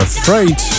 Afraid